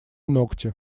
ногти